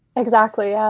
exactly, yeah.